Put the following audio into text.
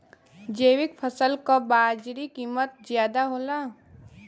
जैविक फसल क बाजारी कीमत ज्यादा होला